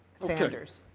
sanders